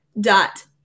dot